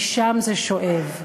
משם זה שואב.